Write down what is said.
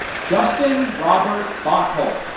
justin robert backult